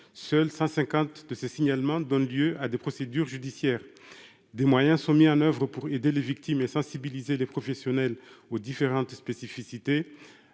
Seuls 150 de ces signalements donnent lieu à des procédures judiciaires. Des moyens sont mis en oeuvre pour aider les victimes et sensibiliser les professionnels aux spécificités